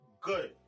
good